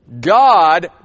God